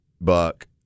buck